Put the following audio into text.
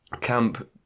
Camp